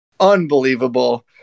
unbelievable